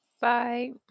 bye